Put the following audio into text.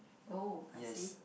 oh I see